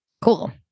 Cool